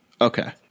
Okay